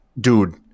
Dude